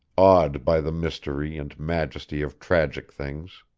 awed by the mystery and majesty of tragic things.